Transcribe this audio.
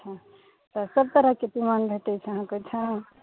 अच्छा तऽ सभ तरहके तीमन भेंटैत छै अहाँकेँ ओहिठाम